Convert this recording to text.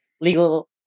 legal